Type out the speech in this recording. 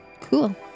cool